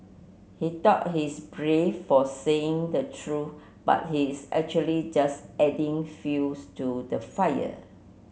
he thought he's brave for saying the truth but he's actually just adding fuels to the fire